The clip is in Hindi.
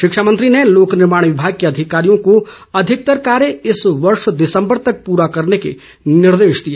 शिक्षा मंत्री ने लोक निर्माण विभाग के अधिकारियों को अधिकतर कार्य इस वर्ष दिसम्बर तक पूरा करने के निर्देश दिए